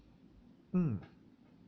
mm